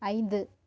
ஐந்து